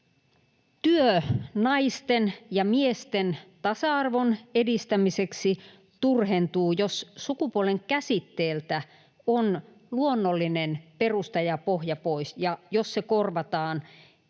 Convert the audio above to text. Työ naisten ja miesten tasa-arvon edistämiseksi turhentuu, jos sukupuolen käsitteeltä on luonnollinen perusta ja pohja pois ja jos se korvataan